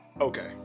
Okay